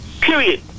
Period